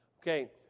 Okay